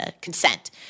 consent